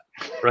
right